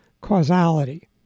causality